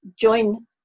join